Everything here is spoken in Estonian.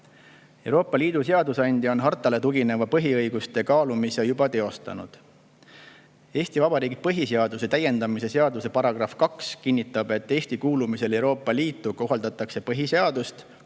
Euroopa Liidu seadusandja on hartale tugineva põhiõiguste kaalumise juba teostanud. Eesti Vabariigi põhiseaduse täiendamise seaduse § 2 kinnitab, et Eesti kuulumisel Euroopa Liitu kohaldatakse põhiseadust, arvestades